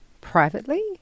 privately